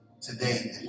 today